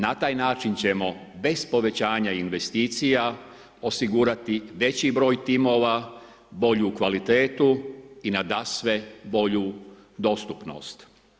Na taj način ćemo bez povećanja investicija osigurati veći broj timova, bolju kvalitetu i nadasve bolju dostupnost.